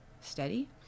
steady